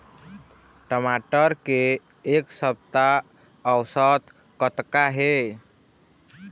टमाटर के एक सप्ता औसत कतका हे?